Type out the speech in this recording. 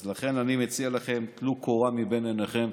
אז לכן אני מציע לכם: טלו קורה מבין עיניכם,